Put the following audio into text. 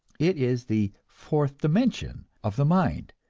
it is the fourth dimension of the mind,